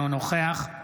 אינה נוכחת